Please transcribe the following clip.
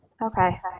Okay